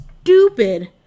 stupid